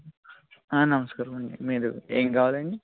నమస్కారం అండి మీరు ఏమి కావాలండి